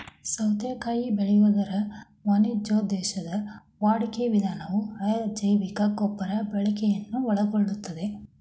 ಸೌತೆಕಾಯಿ ಬೆಳೆಯುವುದರ ವಾಣಿಜ್ಯೋದ್ದೇಶದ ವಾಡಿಕೆಯ ವಿಧಾನವು ಅಜೈವಿಕ ರಸಗೊಬ್ಬರ ಬಳಕೆಯನ್ನು ಒಳಗೊಳ್ತದೆ